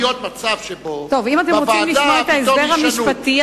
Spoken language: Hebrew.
אם אתה רוצים לשמוע את ההסבר המשפטי,